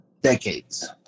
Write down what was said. decades